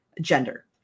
gender